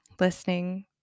listening